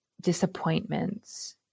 disappointments